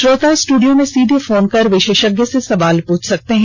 श्रोता स्टूडियो में सीधे फोन कर विशेषज्ञ से सवाल पूछ सकते हैं